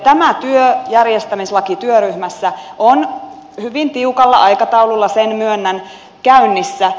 tämä työ järjestämislakityöryhmässä on hyvin tiukalla aikataululla sen myönnän käynnissä